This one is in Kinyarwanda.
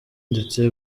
ndetse